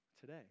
today